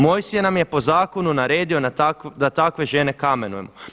Mojsije nam je po zakonu naredio da takve žene kamenujemo.